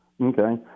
Okay